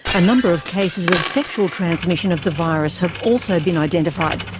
a number of cases of sexual transmission of the virus have also been identified,